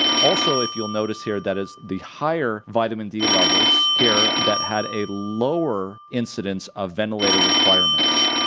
also if you'll notice here that is the higher vitamin d levels here that had a lower incidence of ventilator requirements.